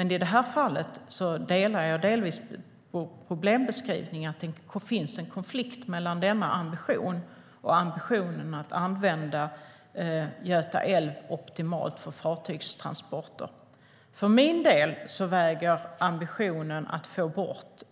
I detta fall delar jag dock delvis problembeskrivningen, att det finns en konflikt mellan denna ambition och ambitionen att använda Göta älv optimalt för fartygstransporter. För min del väger ambitionen att få bort